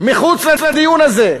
מחוץ לדון הזה,